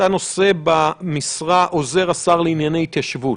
אתה נושא במשרה עוזר השר לענייני התיישבות.